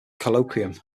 colloquium